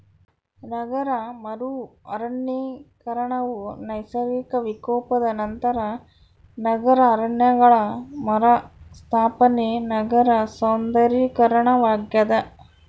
ನಗರ ಮರು ಅರಣ್ಯೀಕರಣವು ನೈಸರ್ಗಿಕ ವಿಕೋಪದ ನಂತರ ನಗರ ಅರಣ್ಯಗಳ ಮರುಸ್ಥಾಪನೆ ನಗರ ಸೌಂದರ್ಯೀಕರಣವಾಗ್ಯದ